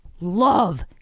love